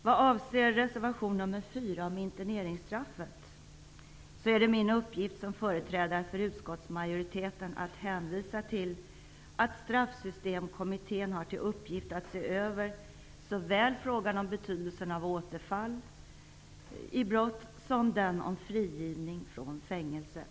Vad avser reservation 4 om interneringsstraffet, är det min uppgift som företrädare för utskottsmajoriteten att hänvisa till att Straffsystemkommittén har till uppgift att se över såväl frågan om betydelsen av återfall i brott som frågan om frigivning från fängelse.